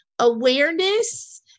awareness